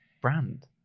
brand